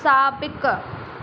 साबिक़ु